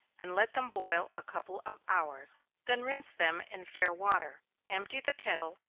and let them boil a couple of hours then rinse them in fair water empty the kettle,